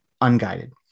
unguided